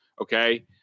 okay